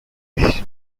its